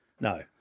no